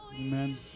Amen